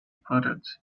products